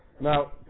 now